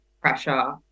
pressure